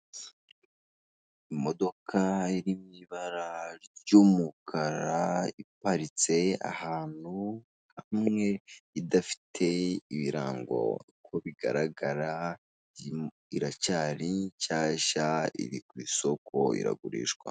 Imodoka iri mu ibara ry'umukara iparitse ahantu hamwe idafite ibirango, uko bigaragara iracyari nshyashya iri ku isoko iragurishwa.